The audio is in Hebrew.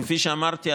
כפי שאמרתי,